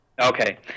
Okay